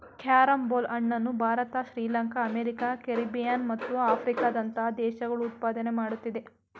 carrom ಬೋಲ್ ಹಣ್ಣನ್ನು Bharat Sri Lanka America Caribbean ಮತ್ತು ಆಫ್ರಿಕಾದಂತಹ ದೇಶಗಳು ಉತ್ಪಾದನೆ ಮಾಡುತ್ತಿದೆ